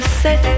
set